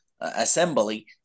assembly